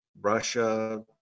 Russia